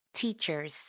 teachers